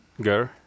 Girl